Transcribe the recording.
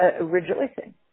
rejoicing